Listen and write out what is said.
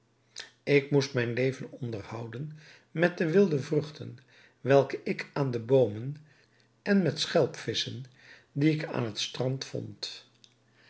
ik moest mijn leven onderhouden met de wilde vruchten welke ik aan de boomen en met schelpvisschen die ik aan het strand vond